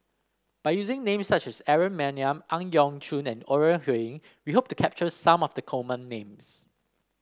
by using names such as Aaron Maniam Ang Yau Choon and Ore Huiying we hope to capture some of the common names